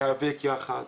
להיאבק יחד